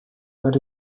behar